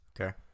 Okay